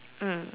mm